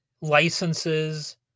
licenses